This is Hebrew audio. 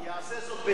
יעשה זאת בתיאום.